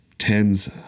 tens